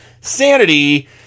sanity